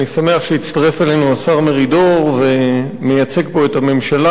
אני שמח שהצטרף אלינו השר מרידור ומייצג פה את הממשלה,